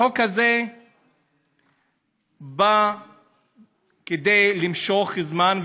החוק הזה נועד למשוך זמן,